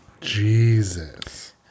jesus